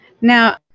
now